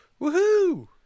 Woohoo